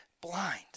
blind